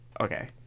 okay